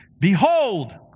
Behold